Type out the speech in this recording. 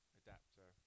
adapter